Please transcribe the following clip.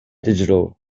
digital